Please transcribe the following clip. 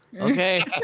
okay